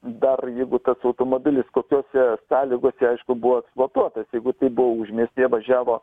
dar jeigu tas automobilis kokiose sąlygose aišku buvo aksplotuotas jeigu tai buvo užmiestyje važiavo